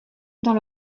dans